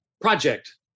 project